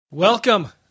Welcome